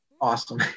awesome